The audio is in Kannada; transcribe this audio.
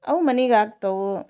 ಅವು ಮನಿಗೆ ಆಗ್ತವೆ